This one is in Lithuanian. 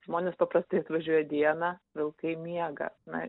žmonės paprastai atvažiuoja dieną vilkai miega na